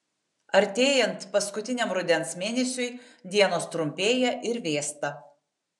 artėjant paskutiniam rudens mėnesiui dienos trumpėja ir vėsta